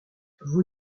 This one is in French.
vous